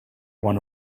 one